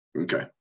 Okay